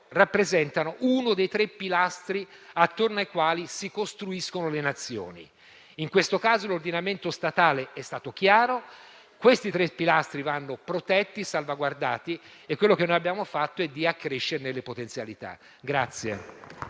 rappresentano uno dei tre pilastri attorno ai quali si costruiscono le Nazioni. In questo caso, l'ordinamento statale è stato chiaro: questi tre pilastri vanno protetti e salvaguardati e quello che noi abbiamo fatto è accrescerne le potenzialità.